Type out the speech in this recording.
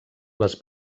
les